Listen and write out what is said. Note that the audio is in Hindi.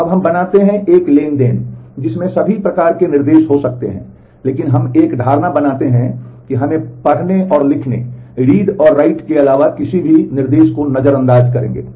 अब हम बनाते हैं अब एक ट्रांज़ैक्शन जिसमे सभी विभिन्न प्रकार के निर्देश हो सकते हैं लेकिन हम एक धारणा बनाते है कि हम पढ़ने और लिखने के अलावा किसी भी निर्देश नजरअंदाज करेंगे